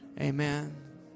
Amen